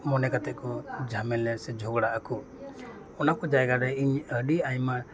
ᱢᱚᱱᱮ ᱠᱟᱛᱮ ᱠᱚ ᱡᱷᱟᱢᱮᱞᱟᱭᱟ ᱥᱮ ᱠᱚ ᱡᱷᱚᱜᱽᱲᱟᱜ ᱟᱠᱚ ᱚᱱᱟ ᱠᱚ ᱡᱟᱭᱜᱟ ᱨᱮ ᱤᱧ ᱟᱹᱰᱤ ᱟᱭᱢᱟ